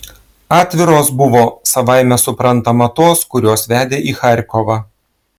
atviros buvo savaime suprantama tos kurios vedė į charkovą